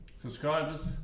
subscribers